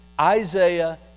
Isaiah